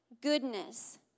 goodness